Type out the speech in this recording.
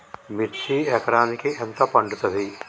మిర్చి ఎకరానికి ఎంత పండుతది?